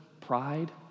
pride